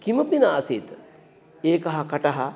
किमपि न आसीत् एकः कटः